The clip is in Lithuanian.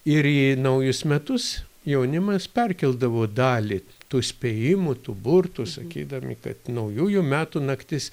ir į naujus metus jaunimas perkeldavo dalį tų spėjimų tų burtų sakydami kad naujųjų metų naktis